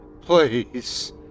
Please